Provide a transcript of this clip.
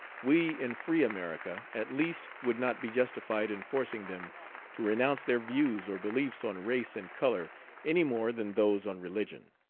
we in free america at least would not be justified in forcing them to renounce their views or beliefs on race and color any more than those on religion.